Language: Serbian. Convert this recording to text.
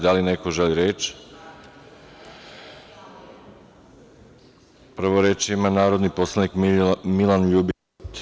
Da li neko želi reč? (Da.) Reč ima narodni poslanik Milan LJubić.